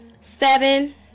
seven